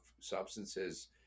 substances